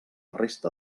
resta